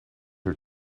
her